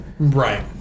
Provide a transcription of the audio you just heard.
right